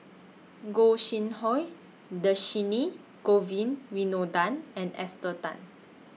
Gog Sing Hooi Dhershini Govin Winodan and Esther Tan